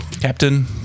Captain